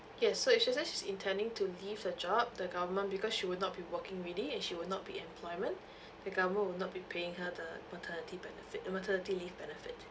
yes so if let's say she's intending to leave her job the government because she will not be working already and she will not be in employment the government will not be paying her the maternity benefit the maternity leave benefit